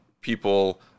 people